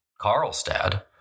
Karlstad